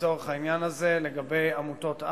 לצורך העניין הזה לגבי עמותות-על,